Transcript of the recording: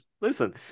listen